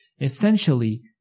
Essentially